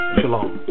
Shalom